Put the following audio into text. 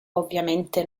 ovviamente